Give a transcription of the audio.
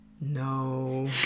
no